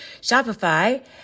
Shopify